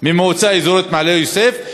מהמועצה האזורית מעלה-יוסף,